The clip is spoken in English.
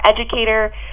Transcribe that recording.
educator